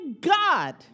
God